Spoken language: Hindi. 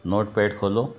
नोटपैड खोलो